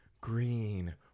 green